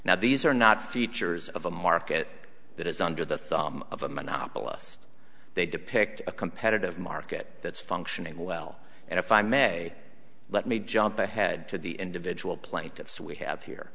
now these are not features of a market that is under the thumb of a monopolist they depict a competitive market that's functioning well and if i may let me jump ahead to the individual plaintiffs we have here